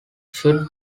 should